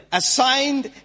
assigned